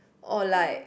or like